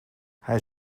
hij